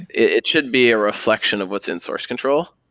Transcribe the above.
it should be a reflection of what's in source control,